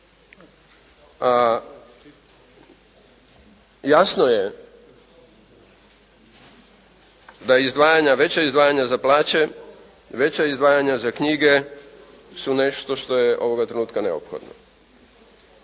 da izdvajanja, veća izdvajanja za plaće, veća izdvajanja iz knjige su nešto što je ovoga trenutka neophodno.